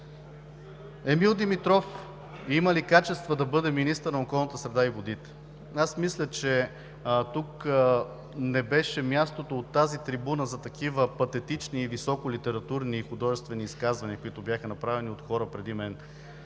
Емил Димитров има ли качества да бъде министър на околната среда и водите? Аз мисля, че тук не беше мястото – от тази трибуна, за такива патетични, високо литературни, художествени изказвания, които бяха направени от хора преди мен,